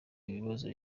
ibibazo